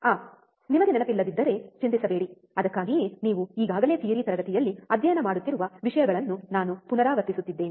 ಆಹ್ ನಿಮಗೆ ನೆನಪಿಲ್ಲದಿದ್ದರೆ ಚಿಂತಿಸಬೇಡಿ ಅದಕ್ಕಾಗಿಯೇ ನೀವು ಈಗಾಗಲೇ ಥಿಯರಿ ತರಗತಿಯಲ್ಲಿ ಅಧ್ಯಯನ ಮಾಡುತ್ತಿರುವ ವಿಷಯಗಳನ್ನು ನಾನು ಪುನರಾವರ್ತಿಸುತ್ತಿದ್ದೇನೆ